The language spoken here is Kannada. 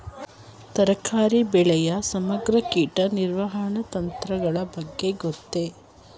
ತರಕಾರಿ ಬೆಳೆಯ ಸಮಗ್ರ ಕೀಟ ನಿರ್ವಹಣಾ ತಂತ್ರಗಳ ಬಗ್ಗೆ ಗೊತ್ತೇ?